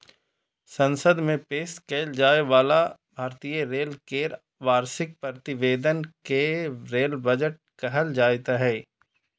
संसद मे पेश कैल जाइ बला भारतीय रेल केर वार्षिक प्रतिवेदन कें रेल बजट कहल जाइत रहै